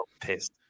pissed